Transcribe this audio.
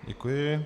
Děkuji.